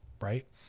right